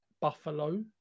Buffalo